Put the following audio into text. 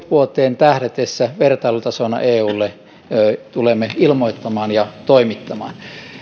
vuoteen kaksituhattakolmekymmentä tähdätessä vertailutasona eulle tulemme ilmoittamaan ja toimittamaan